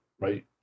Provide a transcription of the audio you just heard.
right